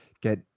get